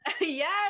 Yes